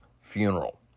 funeral